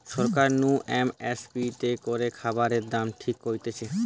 সরকার নু M S P তে করে খাবারের দাম ঠিক করতিছে